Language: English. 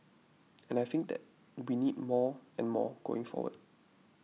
and I think that we need more and more going forward